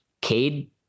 Cade